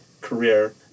career